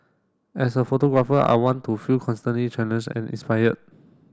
as a photographer I want to feel constantly challenged and inspired